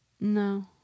No